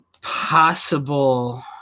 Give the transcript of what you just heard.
possible